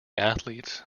athletes